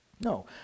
No